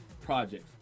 projects